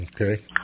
Okay